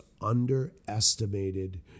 underestimated